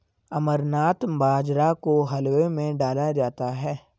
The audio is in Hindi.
अमरनाथ बाजरा को हलवे में डाला जाता है